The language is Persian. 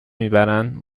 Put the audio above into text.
میبرند